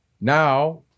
Now